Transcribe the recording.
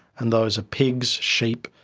and those are pigs, sheep,